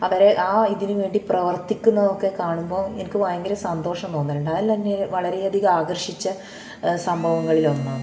അവരെ ആ ഇതിനു വേണ്ടി പ്രവർത്തിക്കുന്നതൊക്കെ കാണുമ്പോൾ എനിക്ക് ഭയങ്കര സന്തോഷം തോന്നലുണ്ട് അതെന്നെ വളരെയധികം ആകർഷിച്ച സംഭവങ്ങളിലൊന്നാണ്